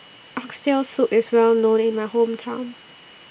Oxtail Soup IS Well known in My Hometown